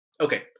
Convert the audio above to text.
Okay